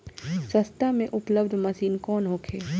सस्ता में उपलब्ध मशीन कौन होखे?